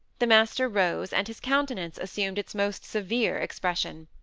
the master rose, and his countenance assumed its most severe expression.